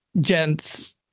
gents